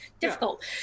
difficult